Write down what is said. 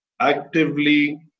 actively